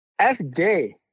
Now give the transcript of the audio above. FJ